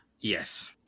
Yes